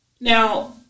Now